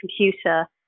computer